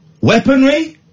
weaponry